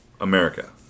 America